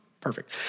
Perfect